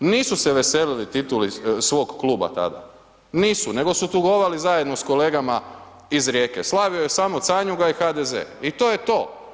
Nisu se veselili tituli svog kluba tada, nisu, nego su tugovali zajedno sa kolegama iz Rijeke, slavio je samo Canjuga i HDZ i to je to.